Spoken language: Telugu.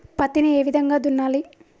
పత్తిని ఏ విధంగా దున్నాలి?